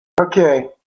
Okay